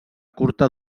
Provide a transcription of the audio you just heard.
curta